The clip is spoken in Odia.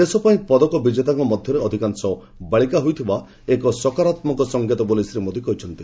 ଦେଶ ପାଇଁ ପଦକ ବିଜେତାଙ୍କ ମଧ୍ୟରେ ଅଧିକାଂଶ ବାଳିକା ହୋଇଥିବା ଏକ ସକାରାତ୍ମକ ସଂକେତ ବୋଲି ଶ୍ରୀ ମୋଦି କହିଛନ୍ତି